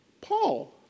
Paul